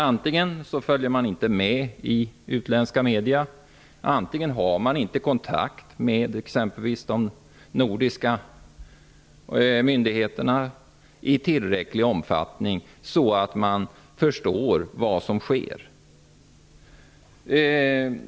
Antingen följer man inte med i utländska media, eller så har man inte kontakt med exempelvis de nordiska myndigheterna i tillräcklig omfattning för att man skall förstå vad som sker.